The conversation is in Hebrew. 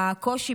הקושי,